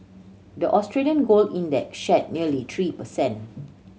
the Australian gold index shed nearly three per cent